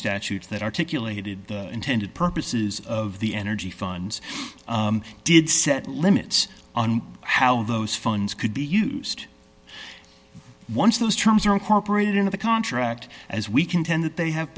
statute that articulated intended purposes of the energy funds did set limits on how those funds could be used once those terms are incorporated into the contract as we contend that they have